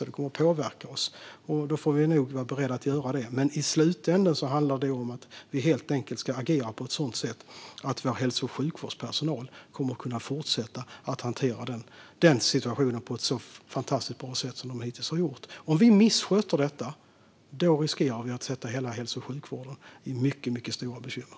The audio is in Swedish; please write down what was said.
Detta kommer att påverka oss, och vi får nog vara beredda på det. I slutänden handlar det om att vi helt enkelt ska agera på ett sådant sätt att vår hälso och sjukvårdspersonal kan fortsätta att hantera situationen på ett så fantastiskt bra sätt som de hittills har gjort. Om vi missköter detta riskerar vi att sätta hela hälso och sjukvården i mycket stora bekymmer.